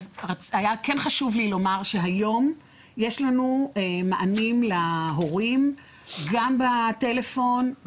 היה כן חשוב לי לומר שהיום יש לנו מענים להורים גם בטלפון,